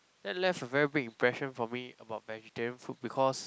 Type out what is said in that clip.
that left a very big impression for me about vegetarian food because